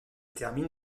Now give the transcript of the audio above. termine